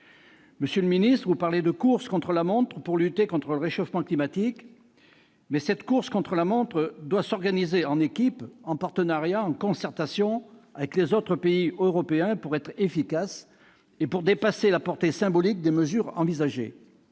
Monsieur le ministre d'État, vous parlez de course contre la montre pour lutter contre le réchauffement climatique, mais cette course doit s'organiser en équipe, en partenariat, en concertation avec les autres pays européens pour être efficace et pour dépasser la portée symbolique des mesures envisagées.